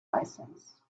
license